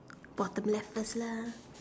bottom left first lah